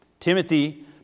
Timothy